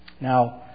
Now